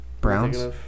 Browns